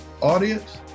audience